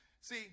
See